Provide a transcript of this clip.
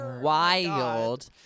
wild